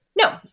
No